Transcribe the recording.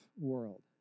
world